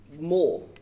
more